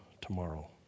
tomorrow